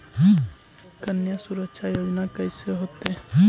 कन्या सुरक्षा योजना कैसे होतै?